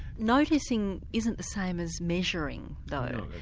noticing isn't the same as measuring though,